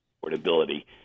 portability